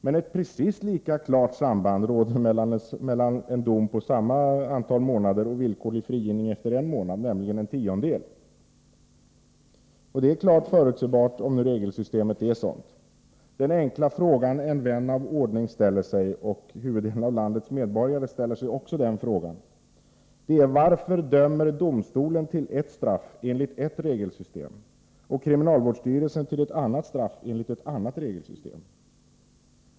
Men ett precis lika klart samband råder mellan en dom på samma antal månader och villkorlig frigivning efter en månad, nämligen en tiondel. Det är klart förutsebart om regelsystemet är sådant. Den enkla frågan en vän av ordning, och huvuddelen av landets medborgare, ställer sig är varför domstolen dömer till ett straff enligt ett regelsystem och kriminalvårdsstyrelsen till ett straff enligt ett annat regelsystem.